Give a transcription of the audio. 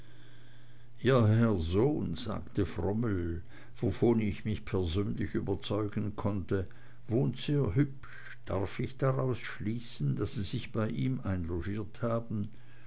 ihr herr sohn sagte frommel wovon ich mich persönlich überzeugen konnte wohnt sehr hübsch darf ich daraus schließen daß sie sich bei ihm einlogiert haben